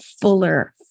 fuller